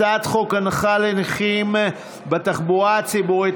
הצעת חוק הנחה לנכים בתחבורה ציבורית,